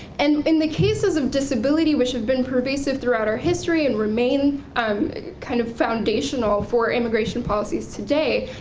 and in the cases of disability which have been pervasive throughout our history and remain um kind of foundational for immigration policies today,